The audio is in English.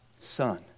Son